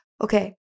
okay